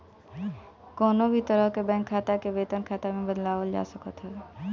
कवनो भी तरह के बैंक खाता के वेतन खाता में बदलवावल जा सकत हवे